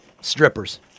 strippers